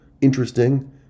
interesting